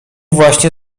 właśnie